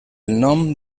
nom